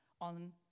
on